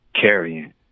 carrying